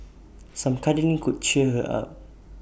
some cuddling could cheer her up